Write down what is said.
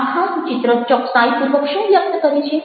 આ ખાસ ચિત્ર ચોકસાઈપૂર્વક શું વ્યક્ત કરે છે